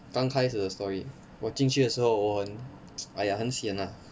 刚开始的 story 我进去的时候我很 !aiya! 很 sian lah